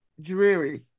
dreary